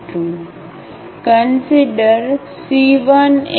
Then Ax11x1Ax22x2